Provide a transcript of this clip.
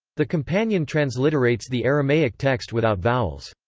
the companion transliterates the aramaic text without vowels.